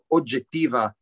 oggettiva